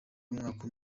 y’umwaka